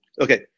Okay